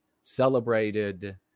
celebrated